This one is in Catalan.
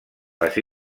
les